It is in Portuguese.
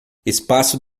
espaço